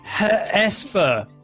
Esper